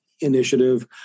initiative